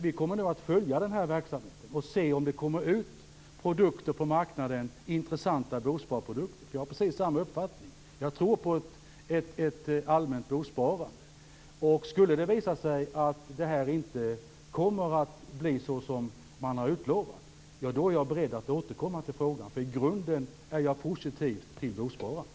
Vi kommer nu att följa den här verksamheten och se om det kommer ut intressanta bosparprodukter på marknaden. Jag har som sagt precis samma uppfattning. Jag tror på ett allmänt bosparande. Skulle det visa sig att detta inte blir som man har utlovat är jag beredd att återkomma till frågan. I grunden är jag nämligen positiv till bosparande.